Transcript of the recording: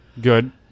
Good